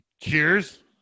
Cheers